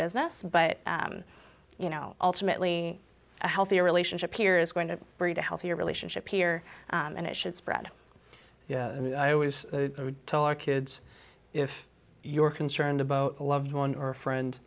business but you know ultimately a healthier relationship here is going to breed a healthier relationship here and it should spread and i always tell our kids if you're concerned about a loved one or a friend